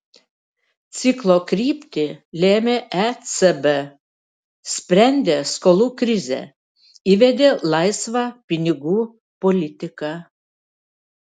ciklo kryptį lėmė ecb sprendė skolų krizę įvedė laisvą pinigų politiką